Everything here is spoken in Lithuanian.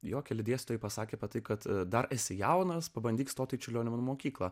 jo keli dėstytojai pasakė tai kad dar esi jaunas pabandyk stoti į čiurlionio menų mokyklą